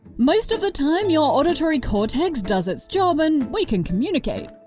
most of the time, your auditory cortex does it's job and we can communicate.